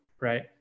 Right